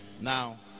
now